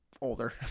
older